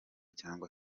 cyangwa